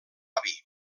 avi